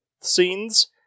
scenes